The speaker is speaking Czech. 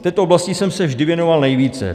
Této oblasti jsem se vždy věnoval nejvíce.